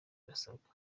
basabwa